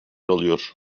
alıyor